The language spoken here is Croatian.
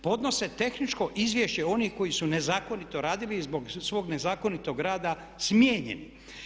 Podnose tehničko izvješće onih koji su nezakonito radili i zbog svog nezakonitog rada smijenjeni.